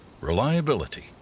reliability